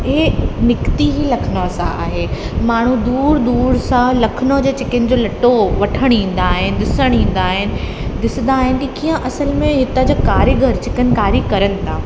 इहे निकिती ई लखनऊ सां आहे माण्हू दूर दूर सां लखनऊ जे चिकन जो लटो वठण ईंदा आहिनि ॾिसण ईंदा आहिनि ॾिसंदा आहिनि कि कीअं असल में हितां जो कारीगर चिकनकारी करनि था